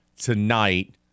tonight